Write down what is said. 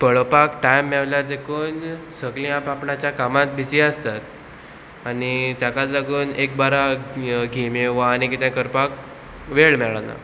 पळोवपाक टायम मेवल्या देखून सगलीं आप आपणाच्या कामांत बिजी आसतात आनी ताकाच लागून एक बारा घेमी वा आनी कितें करपाक वेळ मेळना